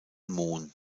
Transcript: moon